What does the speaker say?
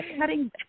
cutting